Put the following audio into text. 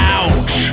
ouch